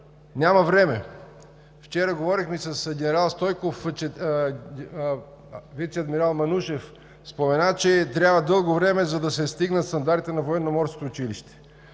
няма време. Вчера говорихме и с генерал Стойков, че вицеадмирал Манушев спомена, че дълго време трябва, за да се стигнат стандартите на Военноморското училище.